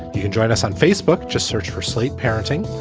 you can join us on facebook. just search for sleep parenting.